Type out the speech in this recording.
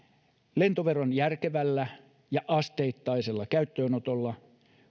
lentoveron järkevällä ja asteittaisella käyttöönotolla